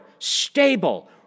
stable